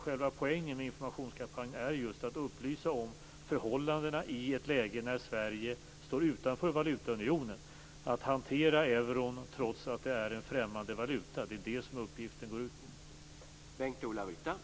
Själva poängen med informationskampanjen är dock att just upplysa om förhållandena i ett läge där Sverige står utanför valutaunionen. Det gäller att hantera euron trots att det är en främmande valuta. Det är det som uppgiften går ut på.